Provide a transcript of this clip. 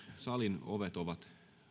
salin ovet ovat